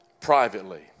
privately